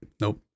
nope